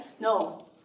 No